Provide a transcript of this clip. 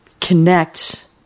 connect